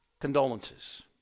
condolences